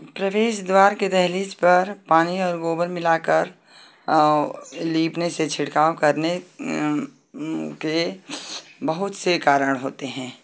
प्रवेश द्वार के दहलीज पर पानी और गोबर मिलाकर लीपने से छिड़काव करने के बहुत से कारण होते हैं